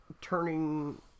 turning